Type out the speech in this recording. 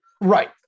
Right